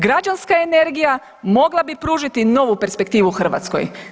Građanska energija mogla bi pružiti novu perspektivu Hrvatskoj.